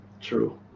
True